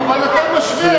אבל אתם משווים.